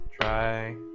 try